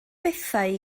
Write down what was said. bethau